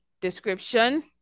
description